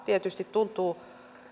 tietysti tuntuu